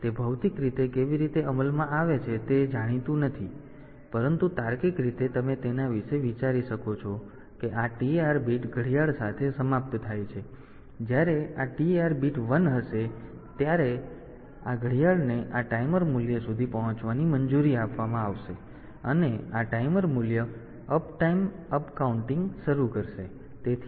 તે ભૌતિક રીતે કેવી રીતે અમલમાં આવે છે તે જાણીતું નથી પરંતુ તાર્કિક રીતે તમે તેના વિશે વિચારી શકો છો કે આ TR બીટ ઘડિયાળ સાથે સમાપ્ત થાય છે અને જ્યારે આ TR બીટ 1 હશે ત્યારે જ આ ઘડિયાળને આ ટાઈમર મૂલ્ય સુધી પહોંચવાની મંજૂરી આપવામાં આવશે અને આ ટાઈમર મૂલ્ય અપટાઇમ અપકાઉન્ટિંગ શરૂ કરશે